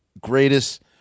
greatest